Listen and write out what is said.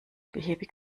behäbig